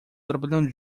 trabalhando